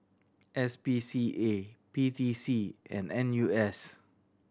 S P C A P T C and N U S